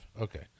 Okay